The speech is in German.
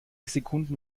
sekunden